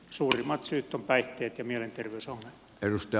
suurimmat syyt ovat päihteet ja mielenterveysongelmat